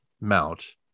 mount